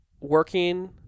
working